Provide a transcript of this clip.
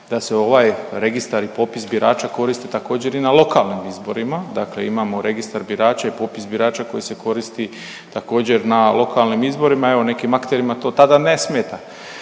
da se ovaj registar i popis birača koristiti također i na lokalnim izborima. Dakle, imamo registar birača i popis birača koji se koristi također na lokalnim izborima i evo nekim akterima to tada ne smeta.